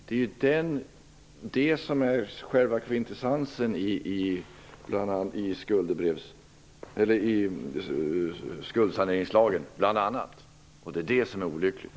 Det är bl.a. det som är själva kvintessensen i skuldsaneringslagen. Det är olyckligt.